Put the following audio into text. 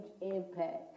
impact